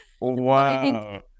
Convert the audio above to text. Wow